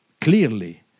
clearly